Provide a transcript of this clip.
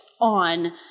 on